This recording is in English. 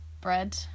Bread